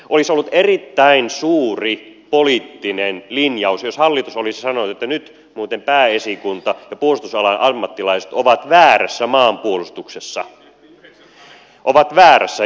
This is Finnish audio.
olisi ollut erittäin suuri poliittinen linjaus jos hallitus olisi sanonut että nyt muuten pääesikunta ja puolustusalan ammattilaiset ovat väärässä maanpuolustuksessa ovat väärässä